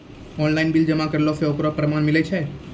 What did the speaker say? Online bill जमा करला से ओकरौ परमान मिलै छै?